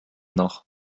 noch